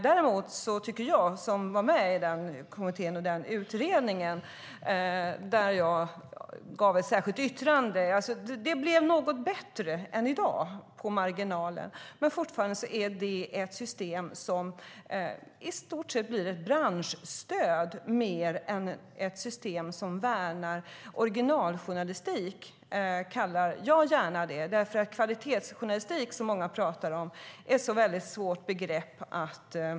Däremot tycker jag, som var med i den kommittén och avgav ett särskilt yttrande, att det blev något bättre än i dag på marginalen. Men fortfarande är det ett system som i stort sett blir ett branschstöd mer än ett system som värnar originaljournalistik, som jag gärna kallar det. Kvalitetsjournalistik, som många pratar om, är ett så väldigt svårt begrepp.